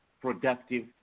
productive